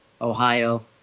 Ohio